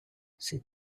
c’est